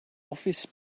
office